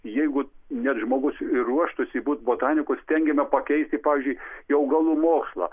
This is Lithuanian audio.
jeigu net žmogus ruoštųsi būti botaniku stengiama pakeisti pavyzdžiui į augalų mokslą